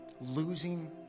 losing